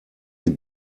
die